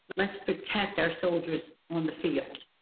let's protect our soldiers on the field.